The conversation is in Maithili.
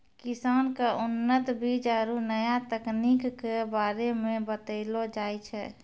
किसान क उन्नत बीज आरु नया तकनीक कॅ बारे मे बतैलो जाय छै